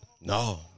No